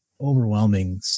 overwhelming